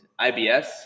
IBS